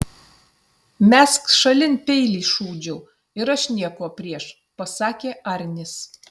mesk šalin peilį šūdžiau ir aš nieko prieš pasakė arnis